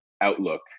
outlook